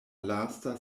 lasta